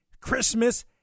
Christmas